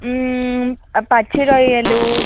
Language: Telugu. పచ్చి రొయ్యలు